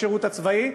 בשירות הצבאי,